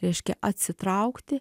reiškia atsitraukti